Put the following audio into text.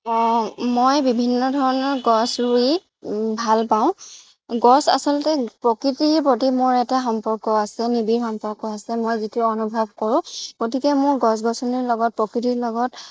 অঁ মই বিভিন্ন ধৰণৰ গছ ৰুই ভাল পাওঁ গছ আচলতে প্ৰকৃতিৰ প্ৰতি মোৰ এটা সম্পৰ্ক আছে এটা নিবিৰ সম্পৰ্ক আছে মই যিটো অনুভৱ কৰোঁ গতিকে মোৰ গছ গছনিৰ লগত প্ৰকৃতিৰ লগত